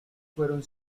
fueron